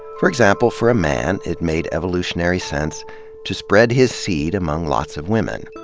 for example, for a man, it made evolutionary sense to spread his seed among lots of women,